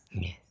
Yes